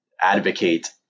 advocate